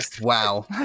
Wow